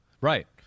right